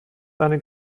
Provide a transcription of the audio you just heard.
eine